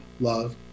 love